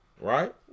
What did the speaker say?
Right